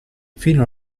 fino